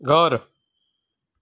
घर